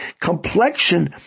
complexion